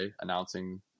announcing